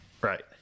Right